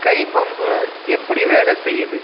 கைப்பம்பு எப்படி வேலை செய்யுது